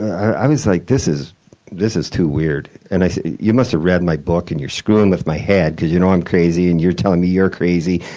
i was like, this is this is too weird. and i said, you must have read my book and you're screwing with my head cause you know i'm crazy and you're telling me you're crazy,